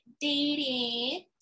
dating